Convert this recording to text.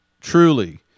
truly